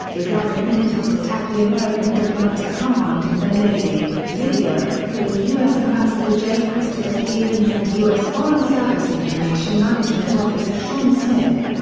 islamic militants attacked the american diplomatic compound in benghazi, libya, killing u s. ambassador j. christopher stevens and u s. foreign service information management officer sean smith.